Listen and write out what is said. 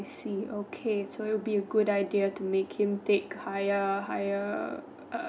see okay so it will be a good idea to make him take higher higher err